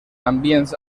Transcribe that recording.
ambients